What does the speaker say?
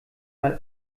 mal